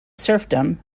serfdom